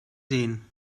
sehen